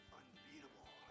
unbeatable